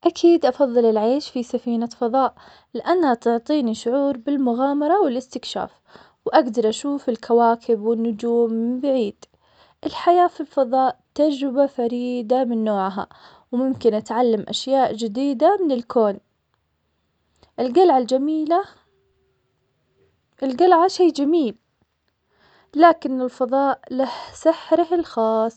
أكيد أفضل العيش في سفينة فضاء لأنها تعطيني شعور بالمغامرة والاستكشاف, وأقدر أشوف الكواكب والنجوم من بعيد, الحياة في الفضاء تجربة فريدة من نوعها, وممكن اتعلم أشياء جديدة من الكون, القلعة الجميلة- القلعة شي جميل, لكن الفضاء له سحره الخاص.